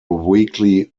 weekly